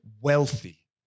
wealthy